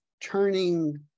turning